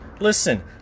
listen